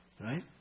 Right